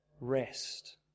rest